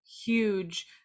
huge